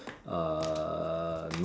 uh